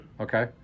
Okay